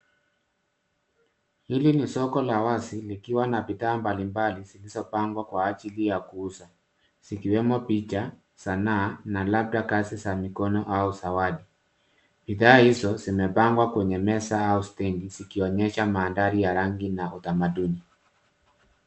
Hili ni soko la wazi likiwa na bidhaa mbalimbali zilizopangwa kwa ajili ya kuuza, zikiwemo picha, sanaa na labda kazi za mikono au zawadi. Bidhaa hizo zimepangwa kwenye meza au stendi zikionyesha mandhari ya rangi na utamaduni.